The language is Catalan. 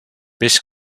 peix